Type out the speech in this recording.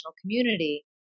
community